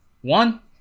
one